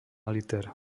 liter